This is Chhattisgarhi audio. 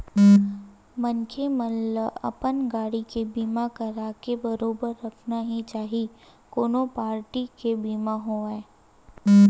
मनखे मन ल अपन गाड़ी के बीमा कराके बरोबर रखना ही चाही कोनो पारटी के बीमा होवय